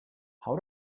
how